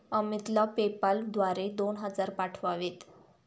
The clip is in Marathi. अमितला पेपाल द्वारे दोन हजार पाठवावेत